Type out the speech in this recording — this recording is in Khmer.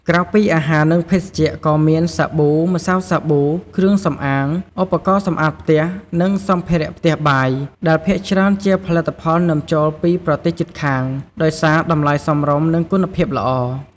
ក្រៅពីអាហារ និងភេសជ្ជៈក៏មាន សាប៊ូ ម្សៅសាប៊ូ គ្រឿងសម្អាង ឧបករណ៍សម្អាតផ្ទះ និងសម្ភារៈផ្ទះបាយ ដែលភាគច្រើនជាផលិតផលនាំចូលពីប្រទេសជិតខាង ដោយសារតម្លៃសមរម្យ និងគុណភាពល្អ។